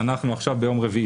אנחנו עכשיו ביום רביעי.